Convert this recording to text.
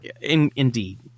Indeed